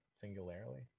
Singularly